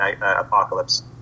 apocalypse